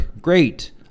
Great